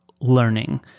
learning